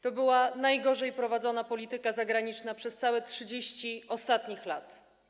To była najgorzej prowadzona polityka zagraniczna przez 30 ostatnich lat.